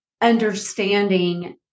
understanding